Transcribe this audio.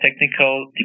technical